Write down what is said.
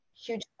huge